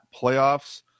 playoffs